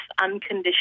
unconditional